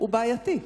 הוא בעייתי.